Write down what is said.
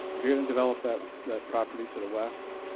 if you're going to develop that that property to the west,